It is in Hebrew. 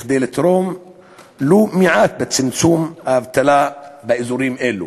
כדי לתרום ולו מעט לצמצום האבטלה באזורים אלו.